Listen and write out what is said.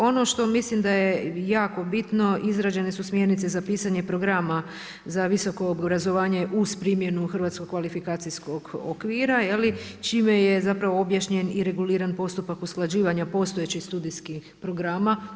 Ono što mislim da je jako bitno, izrađene su smjernice za pisanje programa za visoko obrazovanje uz primjenu hrvatskog kvalifikacijsko okviru čime je objašnjen i reguliran postupak usklađivanja postojećih studijskih programa.